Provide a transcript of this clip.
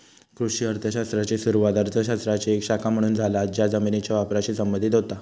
कृषी अर्थ शास्त्राची सुरुवात अर्थ शास्त्राची एक शाखा म्हणून झाला ज्या जमिनीच्यो वापराशी संबंधित होता